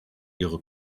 ihre